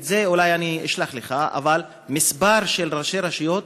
את זה אני אולי אשלח לך, אבל כמה ראשי רשויות